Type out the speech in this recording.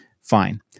Fine